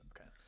Okay